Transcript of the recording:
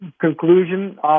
conclusion